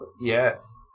Yes